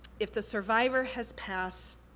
if the survivor has passed,